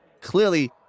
clearly